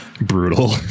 brutal